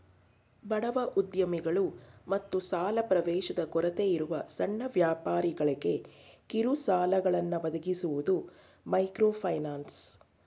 ಬಡವ ಉದ್ಯಮಿಗಳು ಮತ್ತು ಸಾಲ ಪ್ರವೇಶದ ಕೊರತೆಯಿರುವ ಸಣ್ಣ ವ್ಯಾಪಾರಿಗಳ್ಗೆ ಕಿರುಸಾಲಗಳನ್ನ ಒದಗಿಸುವುದು ಮೈಕ್ರೋಫೈನಾನ್ಸ್